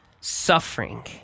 suffering